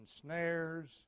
snares